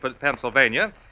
Pennsylvania